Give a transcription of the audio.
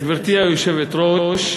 גברתי היושבת-ראש,